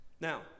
Now